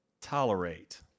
tolerate—